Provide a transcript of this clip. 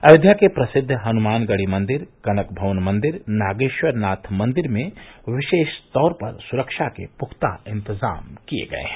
अयोध्या के प्रसिद्ध हनुमानगढ़ी मंदिर कनक भवन मंदिर नागेश्वरनाथ मंदिर में विशेष तौर पर सुरक्षा के पुख्ता इंतजाम किए गए हैं